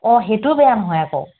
অ সেইটোও বেয়া নহয় আকৌ